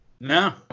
No